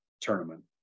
tournament